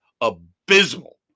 abysmal